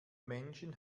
menschen